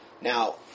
Now